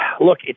Look